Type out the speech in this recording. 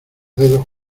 dedos